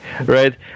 right